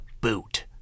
boot